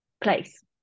place